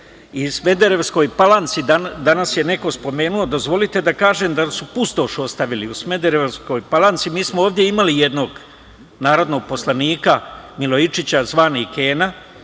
i Smederevskoj palanci, danas je neko spomenuo, a dozvolite da kažem da su pustoš ostavili u Smederevskoj palanci. Mi smo ovde imali jednog narodnog poslanika Milojičića zvanog Kena,